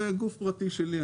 זה גוף פרטי שלי.